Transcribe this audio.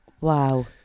Wow